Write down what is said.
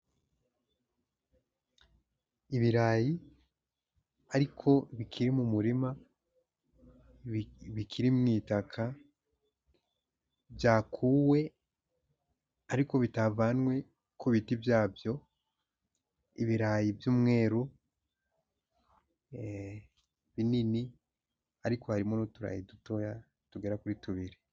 Ibirayi ariko bikiri mu murima, bikiri mu itaka, byakuwe ariko bitavanwe ku biti byabyo, ibirayi by'umweru binini, ariko harimo n'uturayi dutoya tugera kuri tubiri.